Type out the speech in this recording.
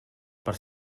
per